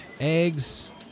Eggs